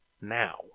now